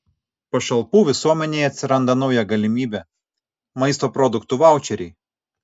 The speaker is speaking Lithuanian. pašalpų visuomenei atsiranda nauja galimybė maisto produktų vaučeriai